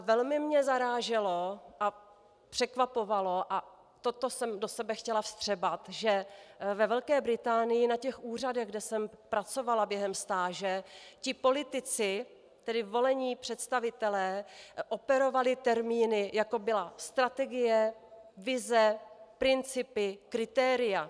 Velmi mě zaráželo a překvapovalo a toto jsem do sebe chtěla vstřebat, že ve Velké Británii na úřadech, kde jsem pracovala během stáže, politici, tedy volení představitelé, operovali termíny, jako byla strategie, vize, principy, kritéria.